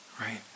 right